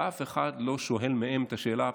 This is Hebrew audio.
ואף אחד לא שואל את השאלה הפשוטה,